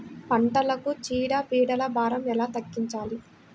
పంటలకు చీడ పీడల భారం ఎలా తగ్గించాలి?